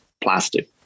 plastic